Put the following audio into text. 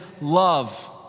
love